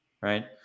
Right